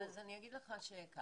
אז אני אגיד לך ככה,